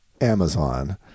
Amazon